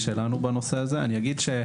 בנושא הזה.